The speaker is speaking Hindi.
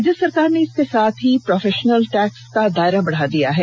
राज्य सरकार ने इसके साथ ही प्रोफेशनल टैक्स का दायरा बढ़ा दिया है